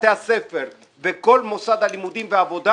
בתי הספר וכל מוסד לימודי ועבודה,